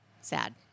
Sad